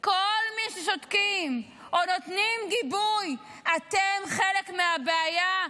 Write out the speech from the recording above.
כל מי ששותקים או נותנים גיבוי, אתם חלק מהבעיה.